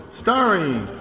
starring